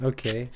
Okay